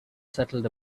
settled